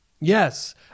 Yes